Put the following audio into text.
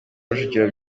rujugiro